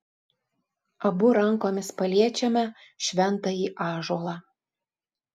abu rankomis paliečiame šventąjį ąžuolą